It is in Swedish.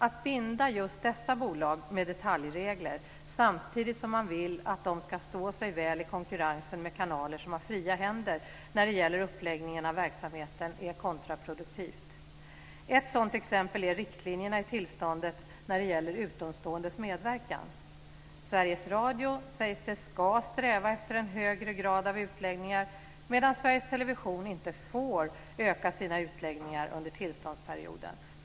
Att binda just dessa bolag med detaljregler samtidigt som man vill att de ska stå sig väl i konkurrensen med kanaler som har fria händer när det gäller uppläggningen av verksamheten är kontraproduktivt. Ett sådant exempel är riktlinjerna i tillståndet när det gäller utomståendes medverkan. Det sägs att Sveriges Radio ska sträva efter en högre grad av utläggningar medan Sveriges Television inte får öka sina utläggningar under tillståndsperioden.